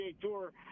Tour